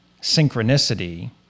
synchronicity